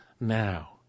now